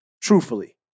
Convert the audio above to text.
truthfully